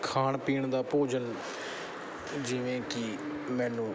ਖਾਣ ਪੀਣ ਦਾ ਭੋਜਨ ਜਿਵੇਂ ਕਿ ਮੈਨੂੰ